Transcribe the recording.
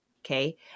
okay